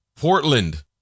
Portland